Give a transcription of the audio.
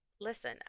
listen